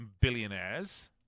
billionaires